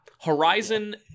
Horizon